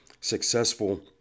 successful